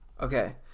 okay